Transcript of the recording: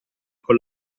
con